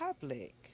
public